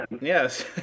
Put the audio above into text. Yes